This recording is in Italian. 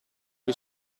gli